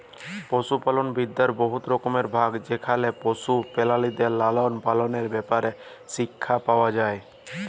পশুপালল বিদ্যার বহুত রকম ভাগ যেখালে পশু পেরালিদের লালল পাললের ব্যাপারে শিখ্খা পাউয়া যায়